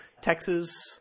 Texas